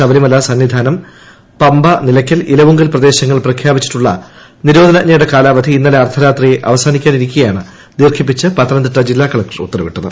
ശബരിമല സന്നിധാനം പമ്പ നിലയ്ക്കൽ ഇലവുങ്കൽ പ്രദേശങ്ങളിൽ പ്രഖ്യാപിച്ചിട്ടുള്ള നിരോധനാജ്ഞയുടെ കാലാവധി ഇന്നലെ അർധരാത്രി അവസാനിക്കാനിരിക്കെയാണ് ദീർഘിപ്പിച്ച് പത്തനംതിട്ട ജില്ലാ കളക്ടർ ഉത്തരവിട്ടത്